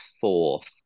fourth